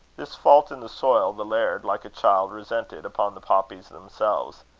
this fault in the soil, the laird, like a child, resented upon the poppies themselves.